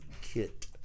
kit